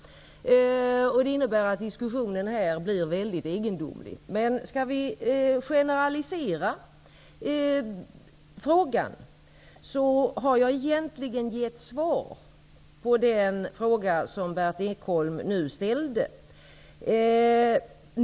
Allt detta innebär att diskussionen här blir mycket egendomlig. Om vi skall generalisera frågan har jag egentligen gett svar på den fråga som Berndt Ekholm nu ställde.